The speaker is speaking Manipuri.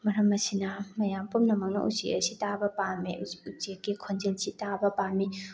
ꯃꯔꯝ ꯑꯁꯤꯅ ꯃꯌꯥꯝ ꯄꯨꯝꯅꯃꯛꯅ ꯎꯆꯦꯛ ꯑꯁꯤ ꯇꯥꯕ ꯄꯥꯝꯃꯤ ꯎꯆꯦꯛꯀꯤ ꯈꯣꯟꯖꯦꯜꯁꯤ ꯇꯥꯕ ꯄꯥꯝꯃꯤ